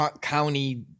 county